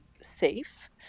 safe